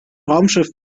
raumschiff